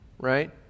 right